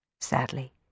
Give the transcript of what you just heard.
Sadly